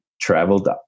Traveled